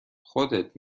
خودت